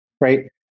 right